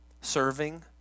serving